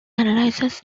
analyzes